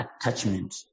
attachment